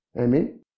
Amen